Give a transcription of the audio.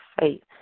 faith